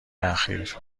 اخیر